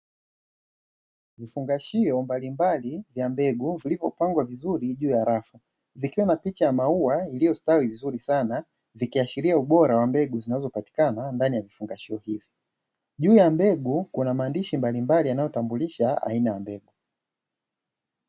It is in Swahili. Vifungashio mbalimbali vya mbegu vilivyo pangwa vizuri juu ya rafu vikiwa na picha ya mauwa iliyo stawi vizuri sana, ikiashiria ubora wa mbegu zinazo patikana katika vifungashio hivyo, juu ya mbegu kuna maandishi mbalimbali yanayo tambulisha aina ya mbegu.